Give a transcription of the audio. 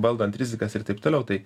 valdant rizikas ir taip toliau tai